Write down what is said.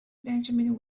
benjamin